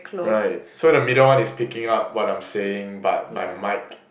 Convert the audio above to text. right so the middle one is picking up what I'm saying but my mic